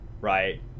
right